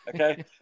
okay